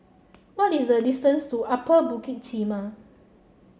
what is the distance to Upper Bukit Timah